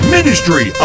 Ministry